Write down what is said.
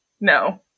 No